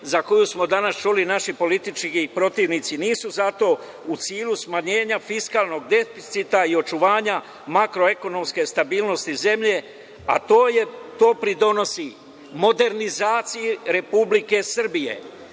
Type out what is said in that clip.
za koju smo danas čuli da naši politički protivnici nisu za to, u cilju smanjenja fiskalnog deficita i očuvanja makroekonomske stabilnosti zemlje, a to pridonosi modernizaciji Republike Srbije,